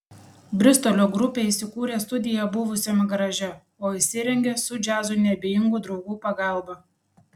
bristolio grupė įsikūrė studiją buvusiame garaže o įsirengė su džiazui neabejingų draugų pagalba